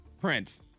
Prince